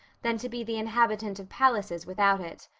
than to be the inhabitant of palaces without it.